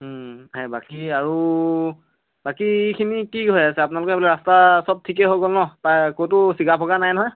হয় বাকী আৰু বাকীখিনি কি হৈ আছে আপোনালোকে বোলে ৰাস্তা চব ঠিকেই হৈ গ'ল ন তা ক'তো ছিগা ভগা নাই নহয়